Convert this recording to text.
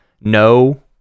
no